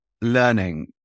Learning